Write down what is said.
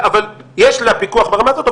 יש לה פיקוח ברמה הזאת,